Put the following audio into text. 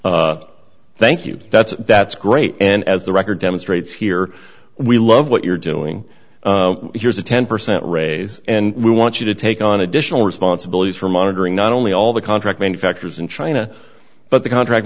says thank you that's that's great and as the record demonstrates here we love what you're doing here's a ten percent raise and we want you to take on additional responsibilities for monitoring not only all the contract manufacturers in china but the contract